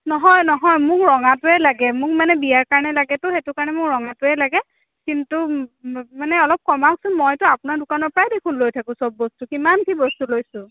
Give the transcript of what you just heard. নহয় নহয় মোক ৰঙাটোৱেই লাগে মোক মানে বিয়াৰ কাৰণে লাগেতো সেইটো কাৰণে মোক ৰঙাটোৱেই লাগে কিন্তু মানে অলপ কমাওকচোন মইতো আপোনাৰ দোকানৰ পৰাই দেখোন লৈ থাকোঁ চব বস্তু কিমান কি বস্তু লৈছোঁ